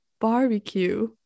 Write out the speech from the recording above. barbecue